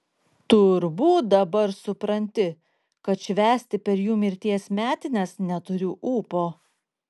turbūt dabar supranti kad švęsti per jų mirties metines neturiu ūpo